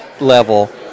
level